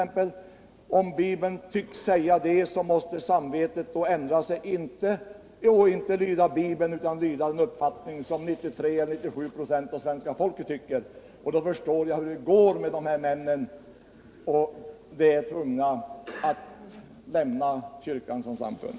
Men om Bibeln tycks säga det, enligt denna tolkning, måste ju ändå samvetena lyda — inte Bibeln, utan bara den uppfattning som 93 eller 97 24 av svenska folka har! Då förstår jag hur det kommer att gå med dessa män: de blir tvungna att lämna kyrkans samfund.